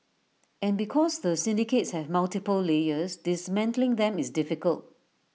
and because the syndicates have multiple layers dismantling them is difficult